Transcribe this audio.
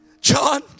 John